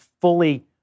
fully